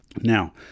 now